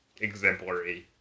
exemplary